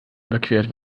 überquert